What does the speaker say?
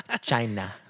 China